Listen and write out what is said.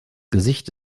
gesicht